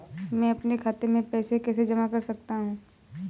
मैं अपने खाते में पैसे कैसे जमा कर सकता हूँ?